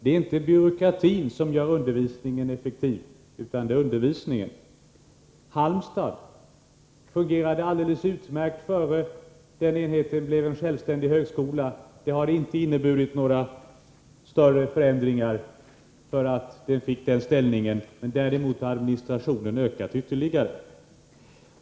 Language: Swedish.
Det är inte byråkratin som gör undervisningen effektiv, utan det hänger på undervisningen! Halmstad fungerade alldeles utmärkt innan den enheten blev en självständig högskola. Att den fick den ställningen har inte inneburit några större förändringar; däremot har administrationen ökat ytterligare.